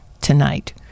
tonight